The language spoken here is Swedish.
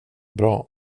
bra